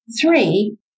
Three